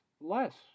less